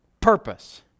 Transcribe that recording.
purpose